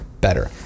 better